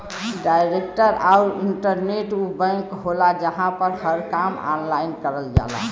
direct आउर internet उ bank होला जहां पर हर काम ऑनलाइन करल जाला